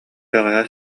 бэҕэһээ